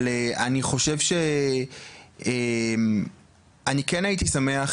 אבל אני חושב שאני כן הייתי שמח,